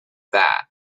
that